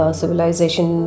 civilization